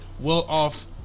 well-off